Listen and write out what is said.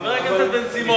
חבר הכנסת בן-סימון,